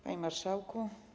Panie Marszałku!